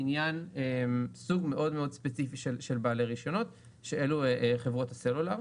לעניין סוג מאוד מאוד ספציפי של בעלי רישיונות שאלו הן חברות הסלולר.